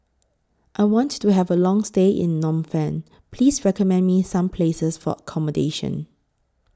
I want to Have A Long stay in Phnom Penh Please recommend Me Some Places For accommodation